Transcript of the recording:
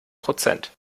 prozent